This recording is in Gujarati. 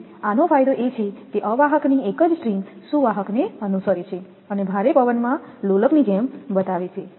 તેથી આનો ફાયદો એ છે કે અવાહક ની એક જ સ્ટ્રિંગ સુવાહક ને અનુસરે છે અને ભારે પવનમાં લોલકની જેમ બતાવે છે